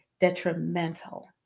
detrimental